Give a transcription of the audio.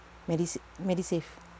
medisa~ medisave